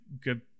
good